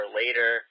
later